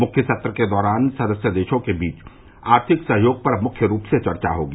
मुख्य सत्र के दौरान सदस्य देशों के बीच आर्थिक सहयोग पर मुख्य रूप से चर्चा होगी